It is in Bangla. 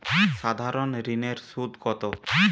সাধারণ ঋণের সুদ কত?